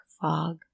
fog